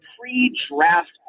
pre-draft